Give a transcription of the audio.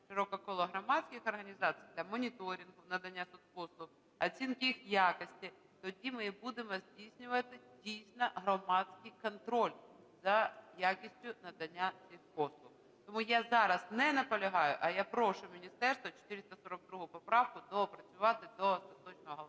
широке коло громадських організацій, там моніторингу надання соцпослуг, оцінки їх якості, тоді ми будемо здійснювати дійсно громадський контроль за якістю надання цих послуг. Тому я зараз не наполягаю, а я прошу міністерство 442 поправку доопрацювати до остаточного голосування.